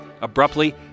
Abruptly